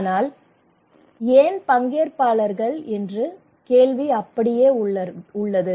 ஆனால் மக்கள் ஏன் பங்கேற்பார்கள் என்ற கேள்வி அப்படியே உள்ளது